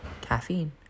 caffeine